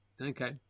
Okay